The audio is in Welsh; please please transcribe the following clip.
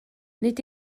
nid